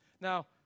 Now